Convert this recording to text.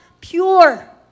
pure